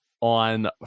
on